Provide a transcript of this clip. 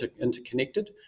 interconnected